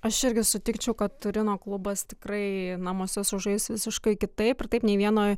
aš irgi sutikčiau kad turino klubas tikrai namuose sužais visiškai kitaip ir taip nei vieno